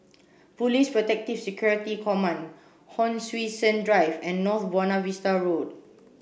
Police Protective Security Command Hon Sui Sen Drive and North Buona Vista Road